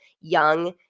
young